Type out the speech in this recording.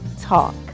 Talk